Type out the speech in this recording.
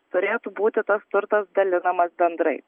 turėtų būti tas turtas dalinamas bendrai